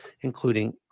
including